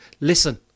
Listen